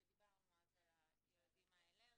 כשדיברנו אז על הילדים האלרגיים.